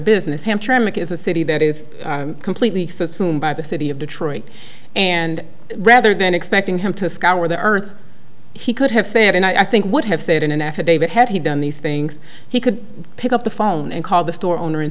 business hampshire amick is a city that is completely system by the city of detroit and rather than expecting him to scour the earth he could have said and i think would have said in an affidavit had he done these things he could pick up the phone and call the store owner and